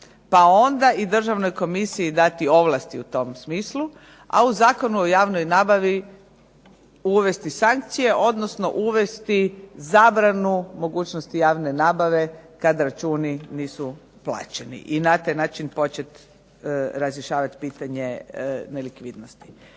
pa onda i Državnoj komisiji dati ovlasti u tom smislu, a u Zakonu o javnoj nabavi uvesti sankcije, odnosno uvesti zabranu mogućnosti javne nabave kad računi nisu plaćeni i na taj način početi razrješavati pitanje nelikvidnosti.